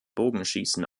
bogenschießen